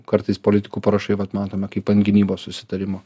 kartais politikų parašai vat matome kaip ant gynybos susitarimo